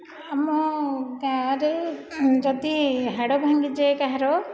ଆମ ଗାଁରେ ଯଦି ହାଡ଼ ଭାଙ୍ଗିଯାଏ କାହାର